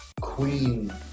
queen